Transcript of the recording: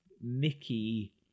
Mickey